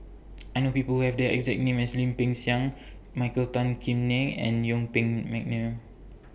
I know People Who Have The exact name as Lim Peng Siang Michael Tan Kim Nei and Yuen Peng Mcneice